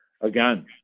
again